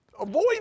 Avoid